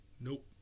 Nope